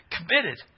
committed